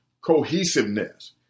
cohesiveness